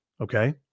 Okay